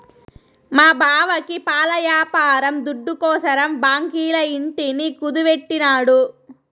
మా బావకి పాల యాపారం దుడ్డుకోసరం బాంకీల ఇంటిని కుదువెట్టినాడు